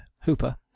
Hooper